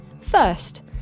First